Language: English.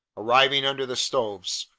arriving under the stoves,